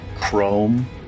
chrome